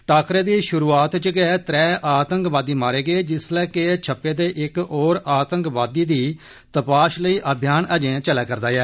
टाकरे दी शुरूआत इच गै त्रै आंतकवादी मारें गए जिल्ले के छप्पे दे इक होर आंतकवादी दी तपाश लेई अभियान अजें जारी ऐ